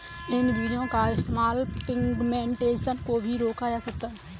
इन बीजो का इस्तेमाल पिग्मेंटेशन को भी रोका जा सकता है